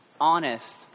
Honest